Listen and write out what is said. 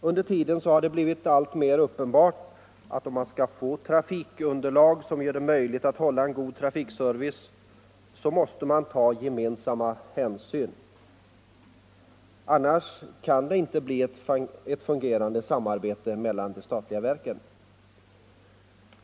Under tiden har det blivit alltmer uppenbart att om man skall få trafikunderlag som gör det möjligt att hålla en god trafikservice, måste man ta gemensamma hänsyn. Annars kan det inte bli ett fungerande samarbete mellan de statliga verken.